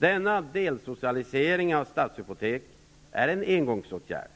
Denna delsocialisering av Stadshypotek är en engångsåtgärd